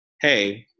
hey